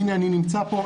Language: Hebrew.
אני נמצא פה,